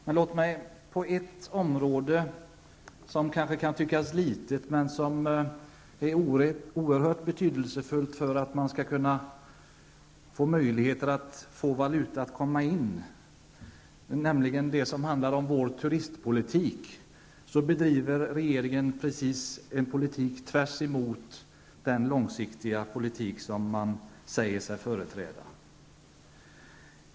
Men det finns ett område -- som kanske kan tyckas litet, men som är oerhört betydelsefullt för att valuta skall kunna komma in i landet --, nämligen det som handlar om vår turistpolitik, där regeringen bedriver en politik som går precis tvärtemot den långsiktiga politik som man säger sig företräda.